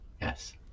Yes